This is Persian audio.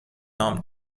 نام